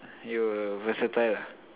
you versatile lah